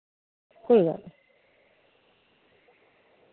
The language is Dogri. ठीक ऐ